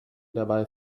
dabei